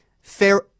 Fair